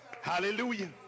Hallelujah